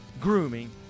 grooming